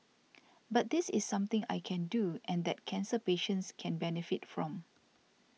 but this is something I can do and that cancer patients can benefit from